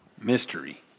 mystery